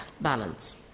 balance